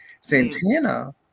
Santana